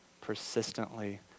persistently